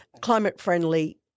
climate-friendly